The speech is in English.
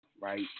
right